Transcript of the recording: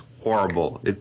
horrible